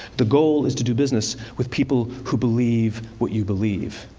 the goal is to do business with people who believe what you believe.